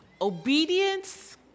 Obedience